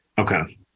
Okay